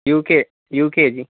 UK UKG